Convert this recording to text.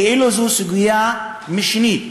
כאילו זאת סוגיה משנית,